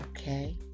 Okay